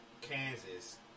Kansas